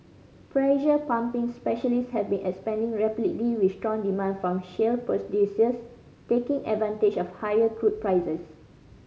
pressure pumping specialists have been expanding rapidly with strong demand from shale producers taking advantage of higher crude prices